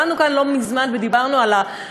עמדנו כאן לא מזמן ודיברנו על החוק